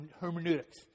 hermeneutics